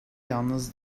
yalnız